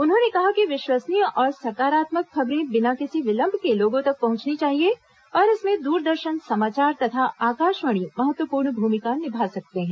उन्होंने कहा कि विश्वसनीय और सकारात्मक खबरें बिना किसी विलंब के लोगों तक पहुंचनी चाहिए और इसमें दूरदर्शन समाचार तथा आकाशवाणी महत्वपूर्ण भूमिका निभा सकते हैं